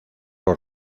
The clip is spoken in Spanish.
los